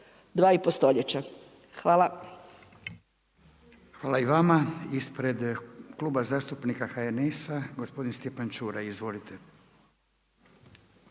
Furio (Nezavisni)** Hvala i vama. Ispred kluba zastupnika HNS-a gospodin Stjepan Čuraj. Izvolite.